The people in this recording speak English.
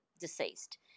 deceased